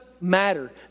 matter